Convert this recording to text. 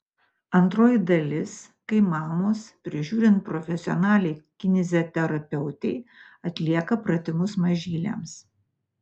antroji dalis kai mamos prižiūrint profesionaliai kineziterapeutei atlieka pratimus mažyliams